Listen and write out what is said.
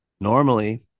Normally